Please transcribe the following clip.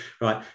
right